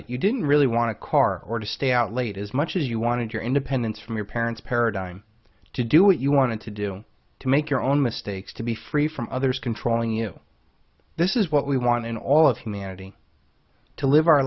it you didn't really want to car or to stay out late as much as you wanted your independence from your parents paradigm to do what you wanted to do to make your own mistakes to be free from others controlling you this is what we want in all of humanity to live our